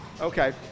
Okay